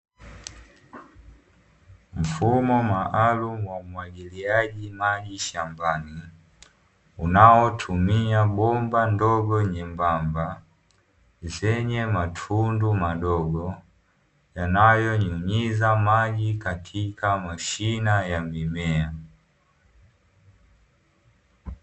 Mfumo maalumu wa umwagiliaji maji shambani unaotumia bomba ndogo nyembamba zenye matundu madogo yanayonyunyiza maji katika mashina ya mimea.